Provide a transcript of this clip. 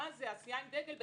מה זה עשייה עם דגל בתרבות,